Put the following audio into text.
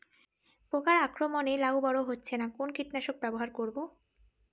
পোকার আক্রমণ এ লাউ বড় হচ্ছে না কোন কীটনাশক ব্যবহার করব?